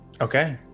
Okay